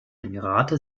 emirate